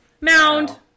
Mound